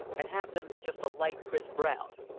and have them just a light crisp, brown.